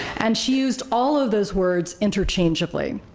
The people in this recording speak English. and she used all of those words interchangeably.